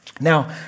Now